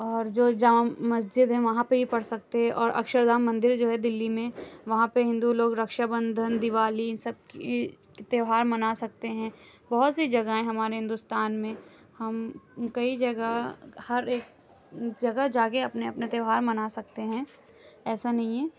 اور جو جامع مسجد ہے وہاں پہ بھی پڑھ سکتے ہیں اور اكشردھام مندر جو ہے دلّی میں وہاں پہ ہندو لوگ ركھشا بندھن دیوالی اِن سب كی تہوار منا سكتے ہیں بہت سی جگہیں ہیں ہمارے ہندوستان میں ہم کئی جگہ ہر ایک جگہ جا کے اپنے اپنے تہوار منا سکتے ہیں ایسا نہیں ہے